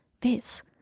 This